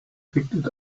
picked